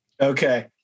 Okay